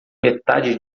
metade